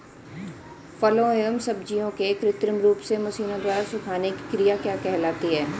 फलों एवं सब्जियों के कृत्रिम रूप से मशीनों द्वारा सुखाने की क्रिया क्या कहलाती है?